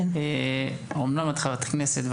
אומנם את חברת כנסת,